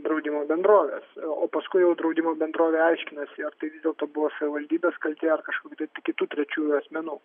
draudimo bendrovės o paskui jau draudimo bendrovė aiškinasi ar tai vis dėlto buvo savivaldybės kaltė ar kažkokių tai kitų trečiųjų asmenų